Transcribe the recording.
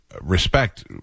respect